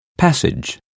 Passage